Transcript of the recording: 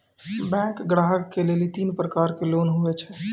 Bank ग्राहक के लेली तीन प्रकर के लोन हुए छै?